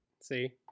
See